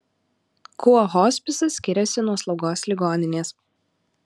kuo hospisas skiriasi nuo slaugos ligoninės